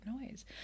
noise